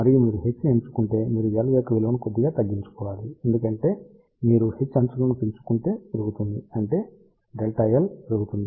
మరియు మీరు h ని పెంచుకుంటే మీరు L యొక్క విలువను కొద్దిగా తగ్గించుకోవాలి ఎందుకంటే మీరు h అంచులను పెంచుకుంటే పెరుగుతుంది అంటే డెల్టా L పెరుగుతుంది